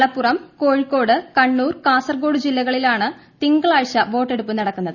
മലപ്പുറം കോഴിക്കോട് കണ്ണൂർ കാസർകോട് ജില്ലകളിലാണ് തിങ്കളാഴ്ച വോട്ടെടുപ്പ് നടക്കുന്നത്